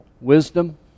Wisdom